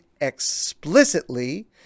explicitly